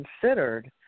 considered